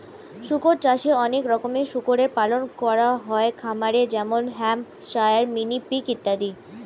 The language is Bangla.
শুকর চাষে অনেক রকমের শুকরের পালন করা হয় খামারে যেমন হ্যাম্পশায়ার, মিনি পিগ ইত্যাদি